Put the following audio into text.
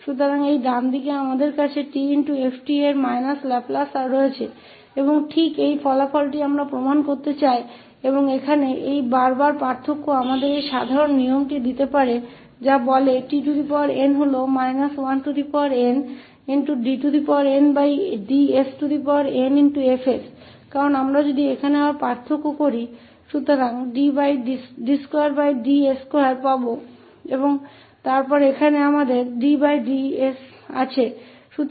तो यह दाहिने हाथ की ओर हमारे पास 𝑡𝑓𝑡 का माइनस लैपलेस है और वह वास्तव में परिणाम हम साबित करना चाहते है और यह बार बार डिफ्रेंटिट यहां हमें इस सामान्य नियम है जो कहते हैंदे सकते हैं tnहै ndndsnFक्योंकि अगर हम इसे यहां फिर से अलग करते हैं